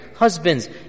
Husbands